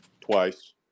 twice